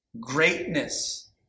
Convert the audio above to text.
Greatness